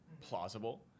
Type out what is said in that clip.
plausible